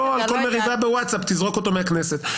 לא על כל מריבה ב-ווטסאפ תזרוק אותו מהכנסת.